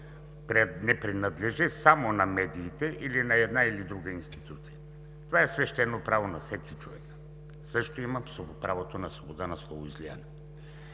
не принадлежи само на медиите или на една или друга институция. Това е свещено право на всеки човек, също има право на свобода на словоизлияние,